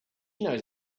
knows